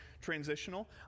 transitional